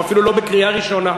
אנחנו אפילו לא בקריאה ראשונה.